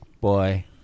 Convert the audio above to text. Boy